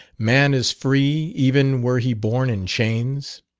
man is free, even were he born in chains.